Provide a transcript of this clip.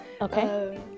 Okay